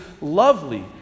lovely